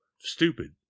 Stupid